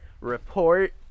report